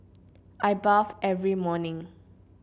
I bathe every morning